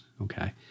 Okay